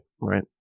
right